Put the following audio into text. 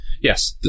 Yes